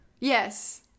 Yes